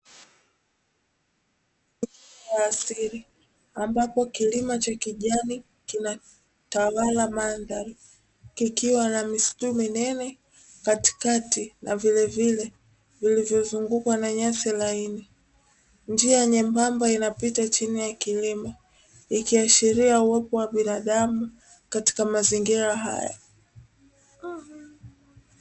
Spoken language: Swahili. Mandhari ya asili. Ambapo kilima cha kijani kinatawala mandhari, kikiwa na misitu minene katikati na vilevile vilivyozungukwa na nyasi laini. Njia nyembamba inapita chini ya kilima, ikiashiria uwepo wa binadamu katika mazingira haya.